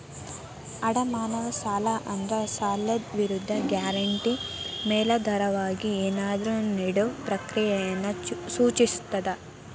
ಅಡಮಾನ ಸಾಲ ಅಂದ್ರ ಸಾಲದ್ ವಿರುದ್ಧ ಗ್ಯಾರಂಟಿ ಮೇಲಾಧಾರವಾಗಿ ಏನಾದ್ರೂ ನೇಡೊ ಪ್ರಕ್ರಿಯೆಯನ್ನ ಸೂಚಿಸ್ತದ